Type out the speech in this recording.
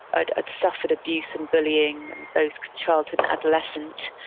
i'd i'd suffered abuse and bullying in both childhood and adolescence,